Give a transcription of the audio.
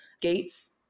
gates